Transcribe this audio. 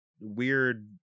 weird